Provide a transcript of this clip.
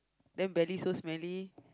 then belly so smelly